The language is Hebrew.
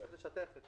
כן.